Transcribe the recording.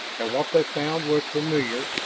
and what they found was familiar,